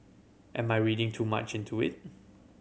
am I reading too much into it